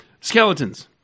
skeletons